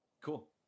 Cool